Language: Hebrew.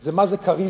זה מה זה כריזמה.